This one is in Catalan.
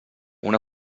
una